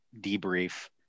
debrief